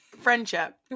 friendship